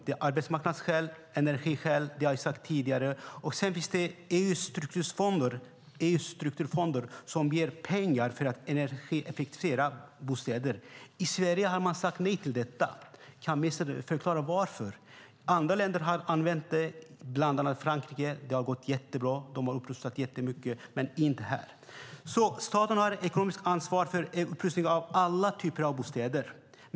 Det är arbetsmarknadsskäl och energiskäl, som jag har sagt tidigare. Sedan finns det också EU-strukturfonder som ger pengar för att energieffektivisera bostäder. I Sverige har man sagt nej till detta. Kan ministern förklara varför? Andra länder har använt det, bland annat Frankrike. Det har gått jättebra; de har rustat upp jättemycket. Här har vi det inte. Staten har ett ekonomiskt ansvar för upprustning av alla typer av bostäder.